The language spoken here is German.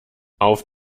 auf